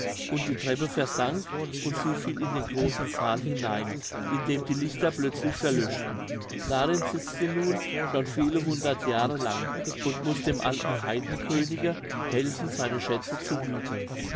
und die treppe versank und sie fiel in den großen saal hinein in dem die lichter plötzlich verlöschten darin sitzt sie nun schon viele hundert jahre lang und muß dem alten heidenkönige helfen seine schätze zu hüten